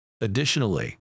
Additionally